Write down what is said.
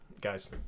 Guys